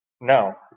no